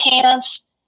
pants